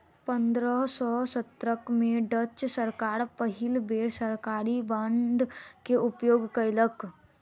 पंद्रह सौ सत्रह में डच सरकार पहिल बेर सरकारी बांड के उपयोग कयलक